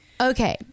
okay